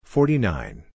Forty-nine